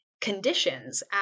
conditions